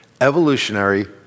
evolutionary